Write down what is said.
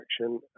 action